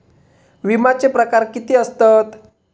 विमाचे प्रकार किती असतत?